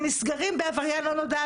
הם נסגרים בעבריין לא נודע,